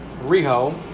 Rio